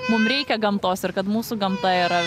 mum reikia gamtos ir kad mūsų gamta yra